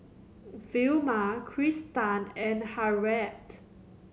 Vilma Kristan and Harriet